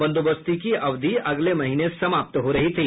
बंदोबस्ती की अवधि अगले महीने समाप्त हो रही थी